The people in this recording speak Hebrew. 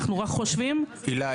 אנחנו רק חושבים --- הילה,